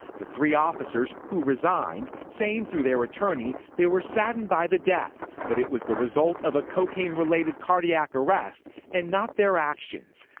the three officers who resigned saying through their attorney they were saddened by the death, but it was the result of a cocaine-related cardiac arrest and not their actions.